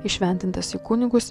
įšventintas į kunigus